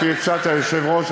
לפי עצת היושב-ראש,